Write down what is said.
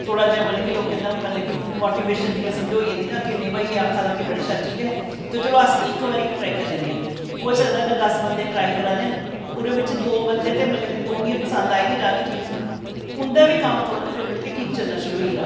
थोह्ड़ा जेहा मतलब कि लोकें दा मतलब कि मोटिवेशन समझोई जंदी ना जियां कि भई आक्खा दा बड़ी शैल चीज़ ऐ ते चलो अस इक्क बारी ट्राई करी लैन्ने आं होई सकदा अगर दस्स बंदे ट्राई करा दे न ते ओह्दे ई दौ बंदे मतलब दौं बंदे ई आई गै जाह्ग चीज़ पसंद ते उंदा बी कम्म मतलब थोह्ड़ा ठीक चलना शुरू होई गेदा